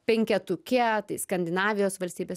penketuke tai skandinavijos valstybės